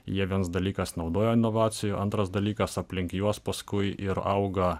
jie viens dalykas naudoja inovacijų antras dalykas aplink juos paskui ir auga